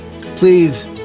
Please